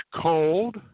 cold